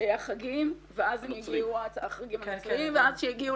החגים ושיגיעו